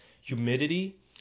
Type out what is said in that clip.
humidity